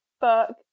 fuck